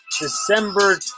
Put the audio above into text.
December